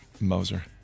Moser